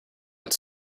but